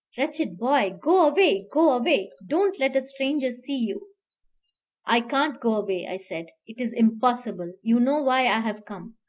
wretched boy, go away go away don't let a stranger see you i can't go away, i said. it is impossible. you know why i have come.